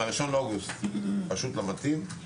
מ-1 באוגוסט זה פשוט לא מתאים.